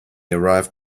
arrived